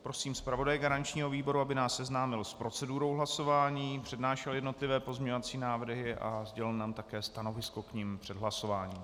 Prosím zpravodaje garančního výboru, aby nás seznámil s procedurou hlasování, přednášel jednotlivé pozměňovací návrhy a sdělil nám také stanovisko k nim před hlasováním.